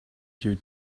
your